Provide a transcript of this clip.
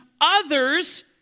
others